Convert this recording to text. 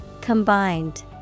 Combined